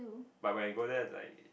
but when I go there like